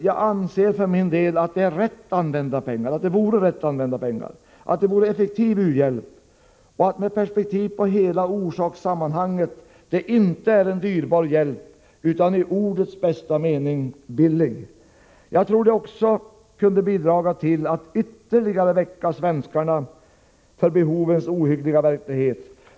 Jag anser för min del att det vore rätt använda pengar, att detta vore effektiv u-hjälp och att det med perspektiv på hela orsakssammanhanget inte vore dyrbar hjälp utan i ordets bästa mening billig. Jag tror att det också kunde bidra till att ytterligare väcka svenskarna till medvetenhet om behoven i denna ohyggliga verklighet.